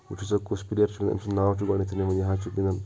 وُچھو سا کُس پٕلیر چھُ امہ سُنٛد ناو چھُ گۄڈٕنیٚتھٕے ہاوان یہِ حظ چھُ گِنٛدان